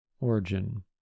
Origin